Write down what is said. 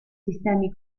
sistemi